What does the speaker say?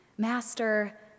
Master